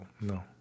no